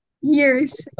years